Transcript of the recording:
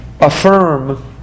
affirm